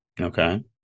Okay